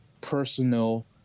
personal